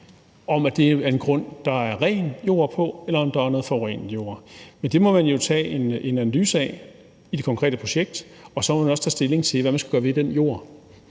vil være på grunde, hvor der er ren jord, eller om der er noget forurenet jord. Men det må man foretage en analyse af i det konkrete projekt, og så må man også tage stilling til, hvad man skal gøre ved den jord